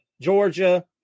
Georgia